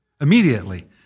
immediately